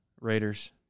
Raiders